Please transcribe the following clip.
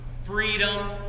freedom